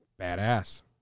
Badass